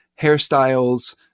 hairstyles